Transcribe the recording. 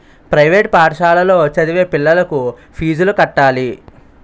private పాఠశాలలో చదివే పిల్లలకు ఫీజులు కట్టాలి